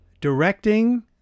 directing